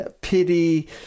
pity